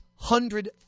hundred